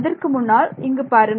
அதற்கு முன்னால் இங்கு பாருங்கள்